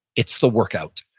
it's the workout.